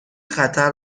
خطر